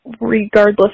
Regardless